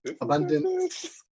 abundance